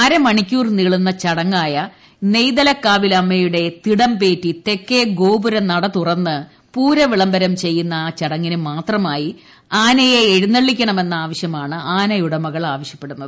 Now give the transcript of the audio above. അരമണിക്കൂർ നീളുന്ന ചടങ്ങായ നെയ്തലക്കാവിലമ്മയുടെ തിടമ്പേറ്റി തെക്കേ ഗോപുര നടതുറന്ന് പൂര വിളമ്പരം ചെയ്യുന്ന ആ ചടങ്ങിന് മാത്രമായി ആനയെ എഴുന്നളളിക്കണ്ണ്മെന്ന ആവശ്യമാണ് ആനയുടമകൾ ആവശ്യപ്പെടുന്നത്